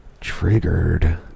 triggered